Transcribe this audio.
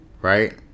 right